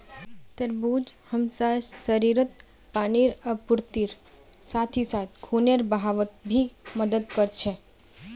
तरबूज हमसार शरीरत पानीर आपूर्तिर साथ ही साथ खूनेर बहावत भी मदद कर छे